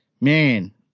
Man